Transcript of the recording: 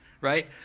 right